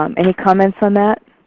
um any comments on that?